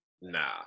Nah